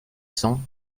cents